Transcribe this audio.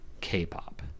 K-pop